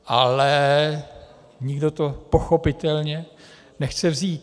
Ale nikdo to pochopitelně nechce vzít.